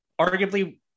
arguably